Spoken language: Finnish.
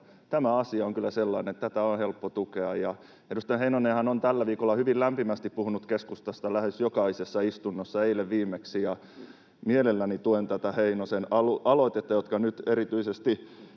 tämä asia on kyllä sellainen, että tätä on helppo tukea. Edustaja Heinonenhan on tällä viikolla hyvin lämpimästi puhunut keskustasta lähes jokaisessa istunnossa, eilen viimeksi, ja mielelläni tuen tätä Heinosen aloitetta, joka nyt erityisesti